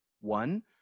One